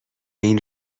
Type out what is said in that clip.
این